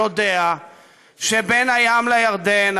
יודע שבין הים לירדן,